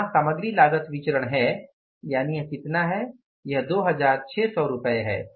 यहां सामग्री लागत विचरण है यानि यह कितना है यह 2600 रुपये है